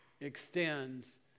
extends